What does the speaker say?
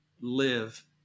live